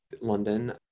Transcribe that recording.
London